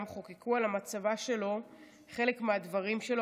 גם חקקו על המצבה שלו חלק מהדברים שלו,